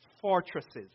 fortresses